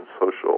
social